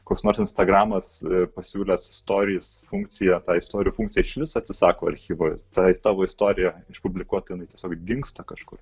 koks nors instagramas ir pasiūlęs storis funkciją tą stori funkciją išvis atsisako archyvo tai tavo istorija išpublikuota jinai tiesiog dingsta kažkur